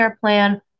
plan